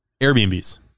Airbnbs